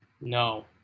no